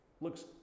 looks